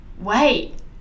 wait